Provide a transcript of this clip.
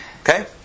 Okay